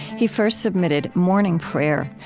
he first submitted morning prayer,